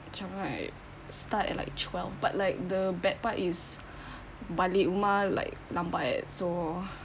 macam like start at like twelve but like the bad part is balik rumah like lambat so